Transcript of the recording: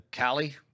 Callie